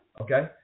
okay